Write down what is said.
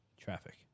traffic